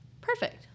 Perfect